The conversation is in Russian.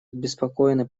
обеспокоены